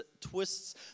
twists